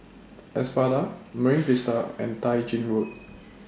Espada Marine Vista and Tai Gin Road